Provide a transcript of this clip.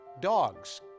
dogs